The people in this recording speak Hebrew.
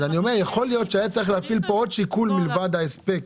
יכול להיות שצריך להיות פה עוד שיקול מלבד ההספק